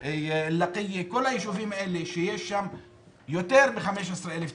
לקיה כל היישובים האלה שיש בהם יותר מ-15,000 תושבים,